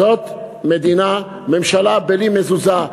זאת ממשלה בלי מזוזה.